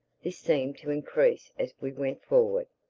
this seemed to increase as we went forward.